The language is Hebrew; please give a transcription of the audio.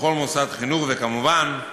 בכל מוסד חינוך, וכמובן,